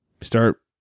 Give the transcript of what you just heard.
start